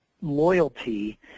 loyalty